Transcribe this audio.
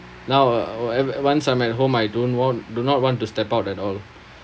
now uh wh~ wh~ once I'm at home I don't want do not want to step out at all